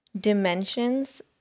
dimensions